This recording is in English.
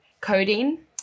codeine